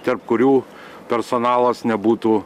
tarp kurių personalas nebūtų